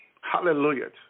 Hallelujah